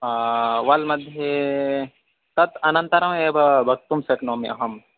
वल् मध्ये तत् अनन्तरमेव वक्तुं शक्नोमि अहम्